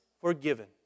forgiven